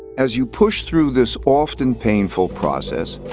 as you push through this often painful process,